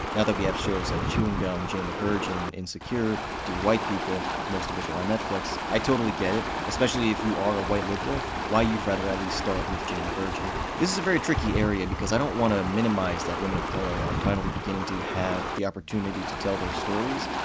now that we have shows like chewing gum, jane the virgin, insecure, dear white people, most of which are on netflix. i totally get it, especially if you are a white liberal, why you'd rather at least start with jane the virgin. this is a very tricky area, because i don't want to minimize that women of color are finally beginning to have the opportunity to tell their stories,